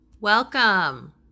Welcome